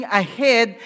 ahead